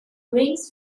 rings